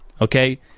okay